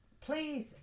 please